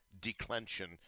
declension